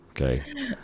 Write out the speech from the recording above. Okay